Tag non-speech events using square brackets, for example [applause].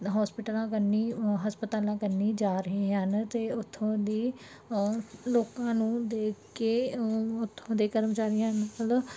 ਹੋਸਪਿਟਲਾਂ ਕਨੀ ਹਸਪਤਾਲਾਂ ਕਨੀ ਜਾ ਰਹੇ ਹਨ ਅਤੇ ਉੱਥੋਂ ਦੀ ਲੋਕਾਂ ਨੂੰ ਦੇਖ ਕੇ ਉੱਥੋਂ ਦੇ ਕਰਮਚਾਰੀਆਂ ਵੱਲ [unintelligible]